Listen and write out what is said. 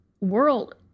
world